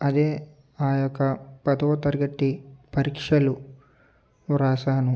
అదే ఆ యొక్క పదవ తరగతి పరీక్షలు వ్రాసాను